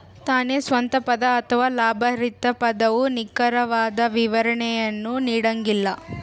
ತಾನೇ ಸ್ವಂತ ಪದ ಅಥವಾ ಲಾಭರಹಿತ ಪದವು ನಿಖರವಾದ ವಿವರಣೆಯನ್ನು ನೀಡಂಗಿಲ್ಲ